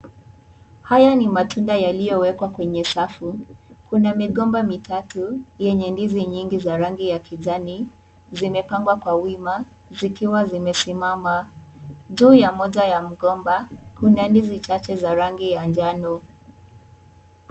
Haya ni matunda yaliyowekwa kwenye safu, kuna migomba mitatu yenye ndizi nyingi za rangi ya kijani , zimepangwa kwa wima zikiwa zimesimama. Juu ya moja ya mgomba kuna ndizi chache za rangi ya njano.